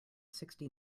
sixty